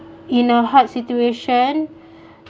in a hard situation